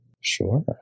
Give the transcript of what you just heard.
Sure